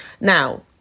Now